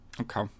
Okay